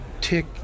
tick